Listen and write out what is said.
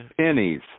pennies